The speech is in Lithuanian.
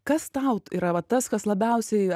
kas tau yra va tas kas labiausiai